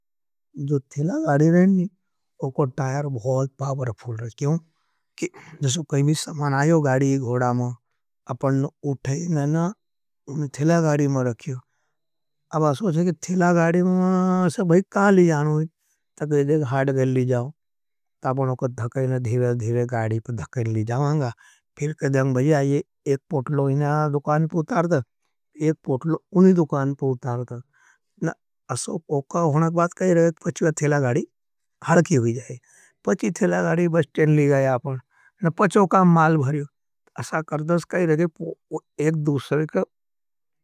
जो थिला गारी रहनी, वो को टायर बहुत पावर्फुल रहा है। क्यों? कि जब कैमी समान आयो गारी गोड़ा में, आपन उठे इने न थिला गारी में रखियो। अब असोचे कि थिला गारी में, ऐसे भाई का लिजानू है। तके देखे, हाट गली जाओ। तापन उठे धखे और धिले धिले गारी पर धखे लिजामांगा। फिर कहते हैं, बही आई एक पोटलो इने दुकान पर उतारता। एक पोटलो उनी दुकान पर उतारता। न असो पोका होने के बाद काई रहे, फची थिला गारी हलकी हो जाए। फची थिला गारी हलकी हो जाए। पचो का माल भरे। असा करदस काई रहे एक दूसरे का।